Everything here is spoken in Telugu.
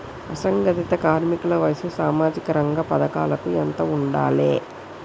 అసంఘటిత కార్మికుల వయసు సామాజిక రంగ పథకాలకు ఎంత ఉండాలే?